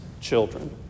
children